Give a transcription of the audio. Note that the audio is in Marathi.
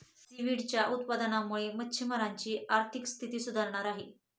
सीव्हीडच्या उत्पादनामुळे मच्छिमारांची आर्थिक स्थिती सुधारत आहे